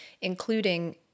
including